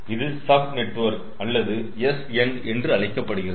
இது sub network அல்லது SN என்று அழைக்கப்படுகிறது